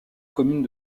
commune